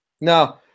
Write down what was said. No